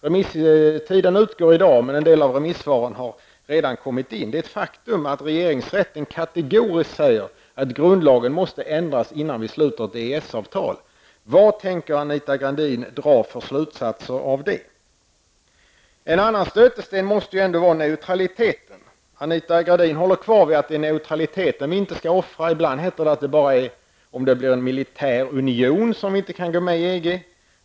Remisstiden utgår i dag, men en del av remissvaren har redan kommit in. Det är ett faktum att regeringsrätten kategoriskt säger att grundlagen måste ändras innan vi sluter ett EES-avtal. Vad tänker Anita Gradin dra för slutsatser av det? En annan stötesten måste ändå vara neutraliteten. Anita Gradin håller fast vid att det är neutraliteten som vi inte skall offra. Ibland heter det att det bara är om det blir en militärunion som vi inte kan gå med i EG.